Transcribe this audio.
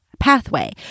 Pathway